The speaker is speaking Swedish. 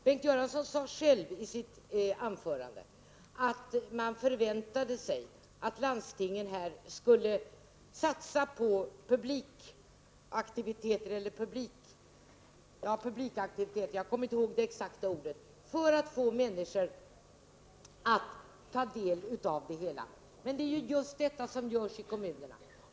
Bengt Göransson sade själv i sitt anförande, att man förväntade sig att landstingen här skulle satsa på publikaktiviteter — eller något liknande; jag kommer inte ihåg det exakta ordvalet — för att få människor att ta del i musiklivet. Det är just detta som görs i kommunerna.